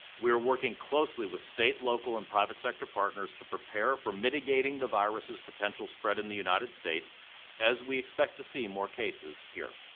we are working closely with state, local, and private sector partners to prepare for mitigating the virus' potential spread in the united states as we expect to see more cases here.